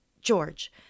George